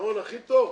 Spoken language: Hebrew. הפתרון הכי טוב,